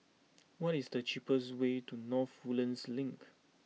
what is the cheapest way to North Woodlands Link